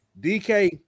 DK